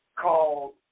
called